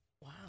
Wow